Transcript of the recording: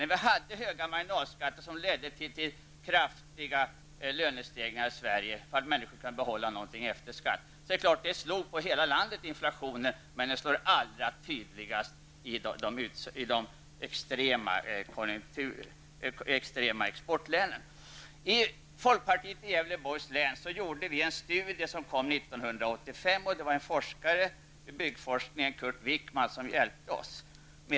När vi hade höga marginalskatter som ledde till kraftiga lönestegringar i Sverige för att människorna skulle kunna behålla något efter skatten, slog inflationen på hela landet, men den slog allra tydligast i extremt exportberoende län. I folkpartiet i Gävleborgs län gjorde vi en studie som kom ut 1985. Byggforskaren Kurt Wickman hjälpte oss.